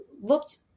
looked